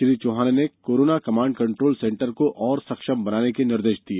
श्री चौहान ने corona command control centre को और सक्षम बनाने के निर्देश दिये